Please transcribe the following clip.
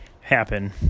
happen